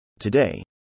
Today